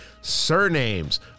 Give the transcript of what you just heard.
surnames